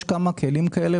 יש כמה כלים כאלה,